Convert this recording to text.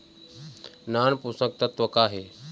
नान पोषकतत्व का हे?